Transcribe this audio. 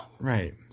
Right